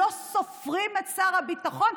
לא סופרים את שר הביטחון,